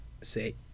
say